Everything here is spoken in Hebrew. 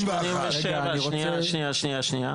שנייה,